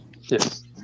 Yes